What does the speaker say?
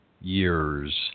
years